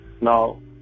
Now